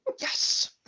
Yes